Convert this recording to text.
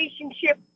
relationship